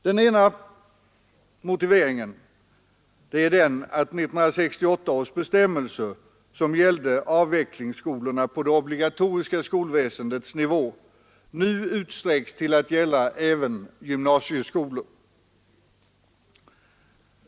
Det ena skälet är att 1968 års bestämmelser, som gällde avvecklingsskolorna på det obligatoriska skolväsendets nivå, nu möjligen utsträcks till att gälla även gymnasieskolor.